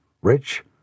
rich